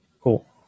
cool